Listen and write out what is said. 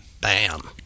Bam